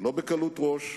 לא בקלות ראש,